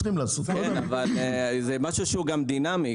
זה משהו שהוא דינמי,